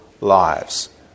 lives